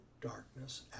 darkness